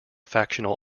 factional